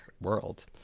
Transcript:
world